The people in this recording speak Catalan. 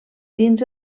dins